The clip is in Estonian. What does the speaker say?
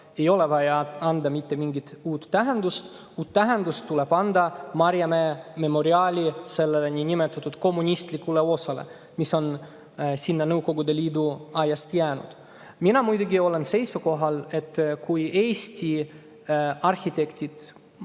ei ole vaja anda mitte mingit uut tähendust. Uus tähendus tuleb anda Maarjamäe memoriaali niinimetatud kommunistlikule osale, mis on sinna Nõukogude Liidu ajast jäänud. Mina olen muidugi seisukohal, et kui Eesti arhitektid,